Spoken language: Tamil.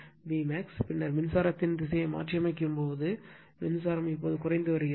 Bmax பின்னர் மின்சாரத்தின் திசையை மாற்றியமைக்கும்போது மின்சாரம் இப்போது குறைந்து வருகிறது